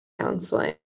counseling